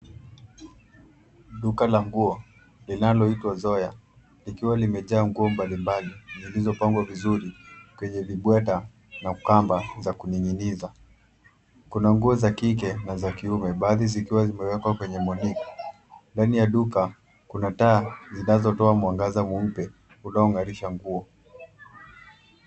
Duka la nguo linaloitwa Zoya likiwa limejaa nguo mbalimbali zilizopangwa vizuri kwenye vibweta na kamba za kuninginiza. Kuna nguo za kike na za kiume baadhi zikiwa zimewekwa kwenye moniq . Ndani ya duka kuna taa zinazotoa mwangaza mweupe unaong'arisha nguo.